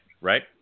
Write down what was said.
right